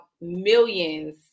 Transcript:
millions